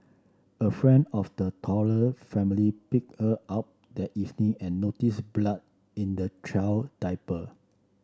a friend of the toddler family picked her up that evening and noticed blood in the child diaper